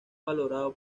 valorado